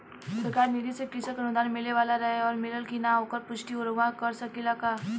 सरकार निधि से कृषक अनुदान मिले वाला रहे और मिलल कि ना ओकर पुष्टि रउवा कर सकी ला का?